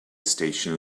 station